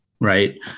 right